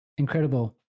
Incredible